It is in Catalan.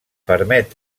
permet